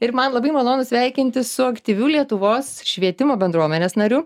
ir man labai malonu sveikintis su aktyviu lietuvos švietimo bendruomenės nariu